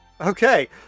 Okay